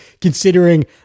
considering